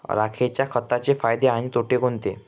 राखेच्या खताचे फायदे आणि तोटे कोणते?